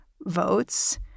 votes